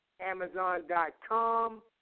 Amazon.com